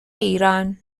ایران